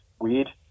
weird